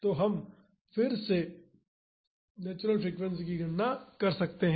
तो हम फिर से नेचुरल फ्रीक्वेंसी की गणना कर सकते हैं